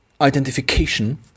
identification